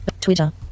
twitter